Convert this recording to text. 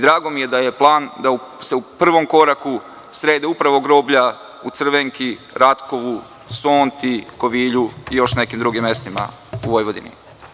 Drago mi je da je plan da se u prvom koraku srede upravo groblja u Crvenki, Ratkovu, Sonti, Kovilju i u još nekim drugim mestima u Vojvodini.